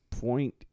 point